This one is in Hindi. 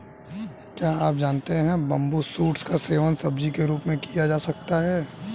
क्या आप जानते है बम्बू शूट्स का सेवन सब्जी के रूप में किया जा सकता है?